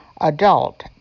adult